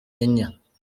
enye